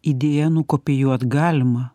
idėja nukopijuot galima